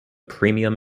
premium